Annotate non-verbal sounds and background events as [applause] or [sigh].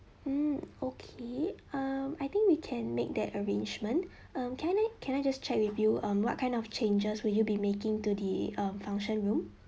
mm okay um I think we can make that arrangement [breath] um can I can I just check with you um what kind of changes will you be making to the um function room